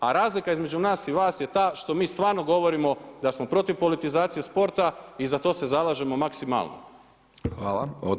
A razlika između nas i vas je ta što mi stvarno govorimo da smo protiv politizacije sporta i za to se zalažemo maksimalno.